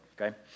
Okay